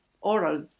oral